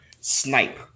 snipe